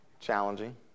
Challenging